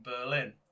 Berlin